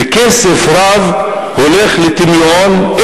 וכסף רב יורד לטמיון,